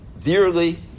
dearly